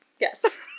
Yes